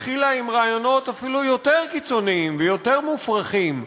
התחילה עם רעיונות אפילו יותר קיצוניים ויותר מופרכים,